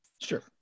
Sure